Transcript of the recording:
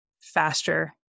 faster